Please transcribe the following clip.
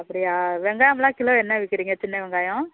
அப்படியா வெங்காயம் எல்லாம் கிலோ என்ன விற்கறீங்க சின்ன வெங்காயம்